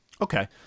Okay